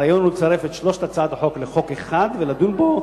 הרעיון הוא לצרף את שלוש הצעות החוק לחוק אחד ולדון בו